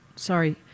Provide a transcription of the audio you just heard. Sorry